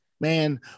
Man